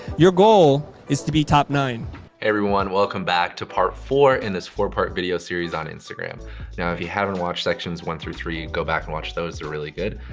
your goal is to be top nine. hey everyone welcome back to part four in this four part video series on instagram. now if you haven't watched sections one through three you go back and watch those are really good.